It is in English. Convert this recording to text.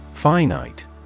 Finite